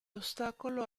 ostacolo